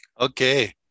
Okay